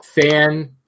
fan